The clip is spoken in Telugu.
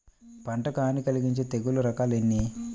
పంటకు హాని కలిగించే తెగుళ్ళ రకాలు ఎన్ని?